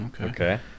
Okay